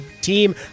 team